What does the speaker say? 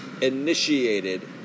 initiated